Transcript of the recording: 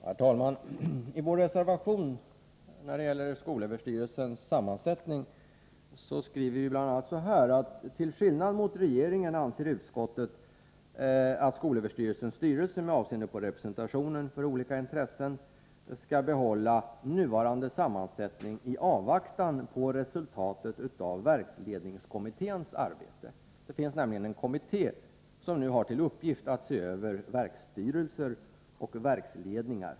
Herr talman! I vår reservation beträffande skolöverstyrelsens styrelse skriver vi bl.a.: ”Till skillnad mot regeringen anser utskottet att skolöverstyrelsens styrelse med avseende på representationen för olika intressen skall behålla nuvarande sammansättning i avvaktan på resultaten av verksledningskommitténs arbete.” Det finns alltså en kommitté som har till uppgift att se över verksstyrelser och verksledningar.